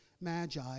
magi